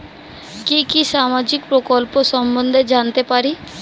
কি কি সামাজিক প্রকল্প সম্বন্ধে জানাতে পারি?